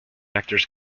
actors